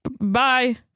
Bye